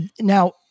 now